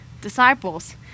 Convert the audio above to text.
disciples